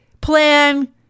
plan